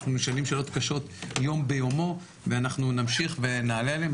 אנחנו נשאלים שאלות קשות יום ביומו ואנחנו נמשיך ונענה עליהן,